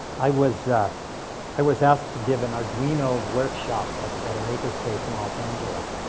i was i was asked to give an arduino workshop at at a makerspace in los angeles.